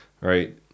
right